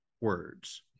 words